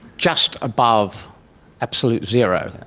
just above absolute zero,